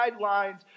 guidelines